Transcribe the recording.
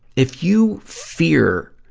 if you fear,